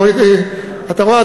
אתה רואה,